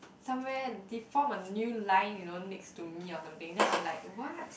somewhere they form a new line you know next to me or something then I'm like what